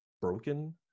broken